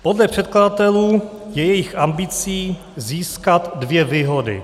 Podle předkladatelů je jejich ambicí získat dvě výhody.